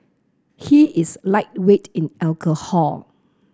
he is lightweight in alcohol